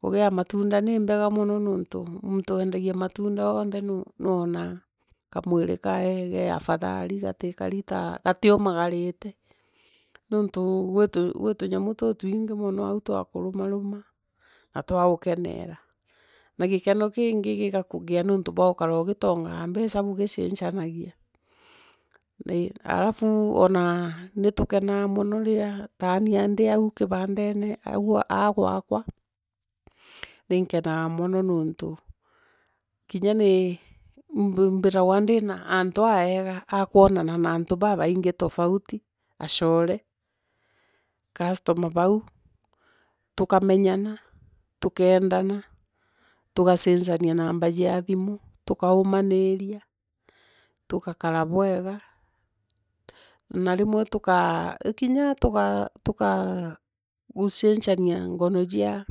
Ngugi ya matunda niimboga mono nonto weendagia matunda oonthe noonaa kamwiri kae ge afadhali taa, gati umwagarite. Nontu kwi tonyamu tuotwingi mono au twakurumaruma, na twaukenera. Na gikono kingi kigakugey nontu bwa gukara ugitongaa mbeca bwi ancanagia. Halafu ona nitokenaa mono nontu kinya nii mbithaga ndina antu aaega akwonana na antu babaingi tofauti achorei customer bau, tukamonyana, tukeendana, tugaanoania namia cia thimu, tukaumaniiria, tugakara bwega, na rimwe tokaa kinya kiinya tuka, tugaa tugaamcania ngono jia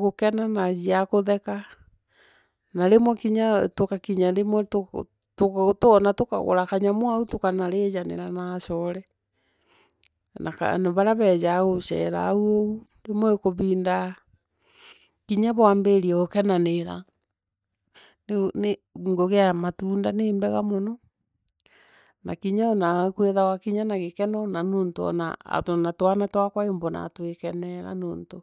gokena, najia kutheka, na nimwe kinya tugakinya rimwe twona tukagura kanyamu aai tukanarijanira na achore, na barea bejaa uchera au, rimwe ikubinda, kimyo bwaambirie ukenanira ni ngugi ya matunda nii mbega mono, na kimya ikiwathawa gikeno, na nontu ona twaana twaakuu wa imbonaa twikenera nontu.